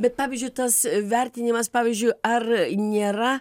bet pavyzdžiui tas vertinimas pavyzdžiui ar nėra